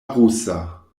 rusa